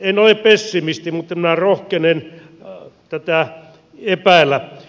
en ole pessimisti mutta rohkenen tätä epäillä